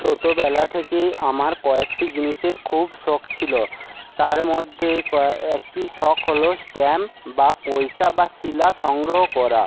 ছোটোবেলা থেকেই আমার কয়েকটি জিনিসের খুব শখ ছিলো তার মধ্যে একটি শখ হলো স্ট্যাম্প বা পয়সা বা শিলা সংগ্রহ করা